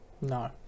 no